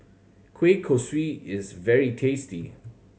kueh kosui is very tasty